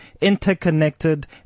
Interconnected